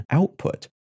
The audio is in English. output